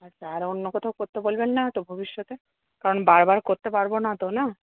আচ্ছা আর অন্য কোথাও করতে বলবেন না তো ভবিষ্যতে কারণ বারবার করতে পারব না তো না